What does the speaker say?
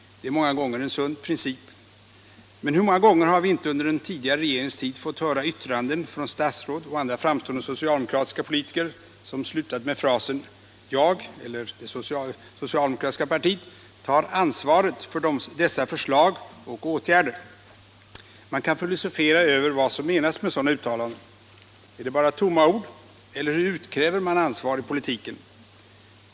Det är många gånger en sund princip. Men hur många gånger har vi inte under den tidigare regeringens tid fått höra yttranden från statsråd och andra framstående socialdemokratiska politiker som slutat med frasen ”Jag — resp. det socialdemokratiska partiet — tar ansvaret för dessa förslag och åtgärder”. Man kan filosofera över vad som menas med sådana uttalanden. Är det bara tomma ord, eller hur utkräver man ansvar i politiken?